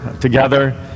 together